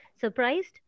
Surprised